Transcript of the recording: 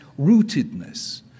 rootedness